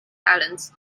helens